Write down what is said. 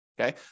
Okay